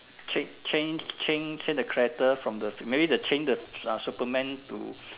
ch~ change change change the character from the maybe the change the uh Superman to